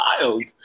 wild